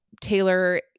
Taylor